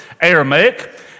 Aramaic